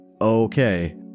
Okay